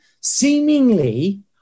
seemingly